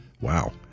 Wow